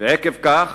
ועקב כך